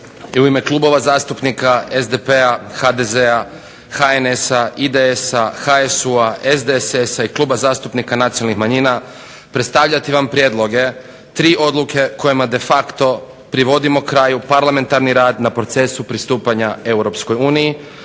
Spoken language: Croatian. i u ime klubova zastupnika SDP-a, HDZ-a, HNS-a, IDS-a, HSU-a, SDSS-a i Kluba zastupnika Nacionalnih manjina predstavljati vam prijedloge tri odluke kojima de facto privodimo kraju parlamentarni rad na procesu pristupanja Europskoj uniji